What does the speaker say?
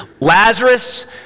Lazarus